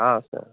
অ' আছে